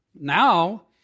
Now